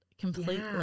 completely